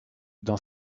dans